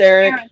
Eric